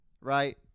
right